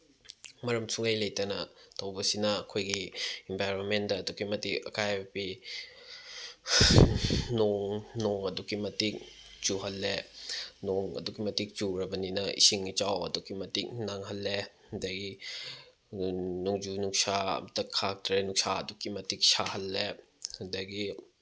ꯃꯔꯝ ꯁꯨꯡꯂꯩ ꯂꯩꯇꯅ ꯊꯧꯕꯁꯤꯅ ꯑꯩꯈꯣꯏꯒꯤ ꯑꯦꯟꯚꯥꯏꯔꯣꯟꯃꯦꯟꯗ ꯑꯗꯨꯛꯀꯤ ꯃꯇꯤꯛ ꯑꯀꯥꯏꯕ ꯄꯤ ꯅꯣꯡ ꯑꯗꯨꯛꯀꯤ ꯃꯇꯤꯛ ꯆꯨꯍꯜꯂꯦ ꯅꯣꯡ ꯑꯗꯨꯛꯀꯤ ꯃꯇꯤꯛ ꯆꯧꯔꯕꯅꯤꯅ ꯏꯁꯤꯡ ꯏꯆꯥꯎ ꯑꯗꯨꯛꯀꯤ ꯃꯇꯤꯛ ꯅꯪꯍꯜꯂꯦ ꯑꯗꯒꯤ ꯅꯣꯡꯖꯨ ꯅꯨꯡꯁꯥ ꯑꯃꯇ ꯈꯥꯛꯇ꯭ꯔꯦ ꯅꯨꯡꯁꯥ ꯑꯗꯨꯛꯀꯤ ꯃꯇꯤꯛ ꯁꯥꯍꯜꯂꯦ ꯑꯗꯒꯤ